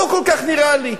לא כל כך נראה לי.